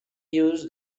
use